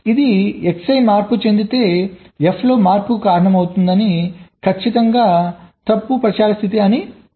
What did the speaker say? ఇది Xi మార్పు చెందితే f లో మార్పుకు కారణమవుతుంది అది ఖచ్చితంగా తప్పు ప్రచారం స్థితి అని సూచిస్తుంది